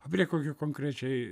prie kokių konkrečiai